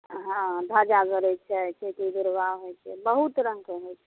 हँ ध्वजा गड़ै छै चैती दुर्गा होइ छै बहुत रङ्गके होइ छै